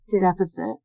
Deficit